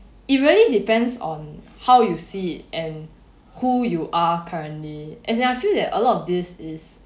it really depends on how you see it and who you are currently as in I feel that a lot of this is